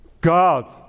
God